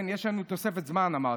יש לנו תוספת זמן, אמרת.